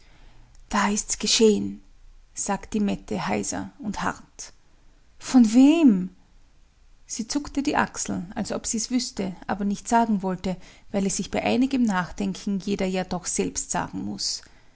da ist's geschehen sagt die mette heiser und hart von wem sie zuckte die achsel als ob sie's wüßte aber nicht sagen wollte weil es sich bei einigem nachdenken jeder ja doch selbst sagen muß